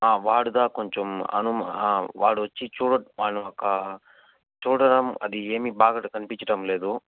వాడుదా కొంచెం అనుమా వాడొచ్చి చూ వాడు ఒక చూడడం అది ఏమీ బాగా కనిపిచ్చటం లేదు